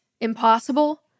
impossible